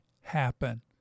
happen